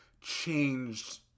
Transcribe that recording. changed